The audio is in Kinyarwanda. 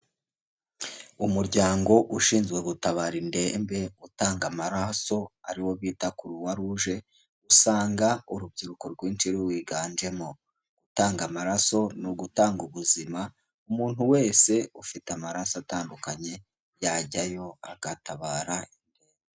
Umuryango ushinzwe gutabara indembe utanga amaraso ari wo bita Croix Rouge, usanga urubyiruko rwinshi ruwiganjemo, gutanga amaraso ni ugutanga ubuzima, umuntu wese ufite amaraso atandukanye yajyayo agatabara.